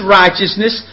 righteousness